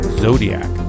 Zodiac